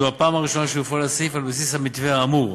זו הפעם הראשונה שהופעל הסעיף על בסיס המתווה האמור.